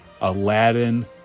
Aladdin